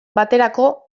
baterako